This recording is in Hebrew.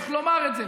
צריך לומר את זה.